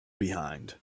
behind